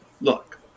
look